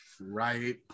Right